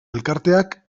elkarteak